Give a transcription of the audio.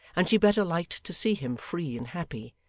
and she better liked to see him free and happy,